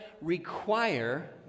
require